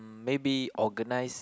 maybe organize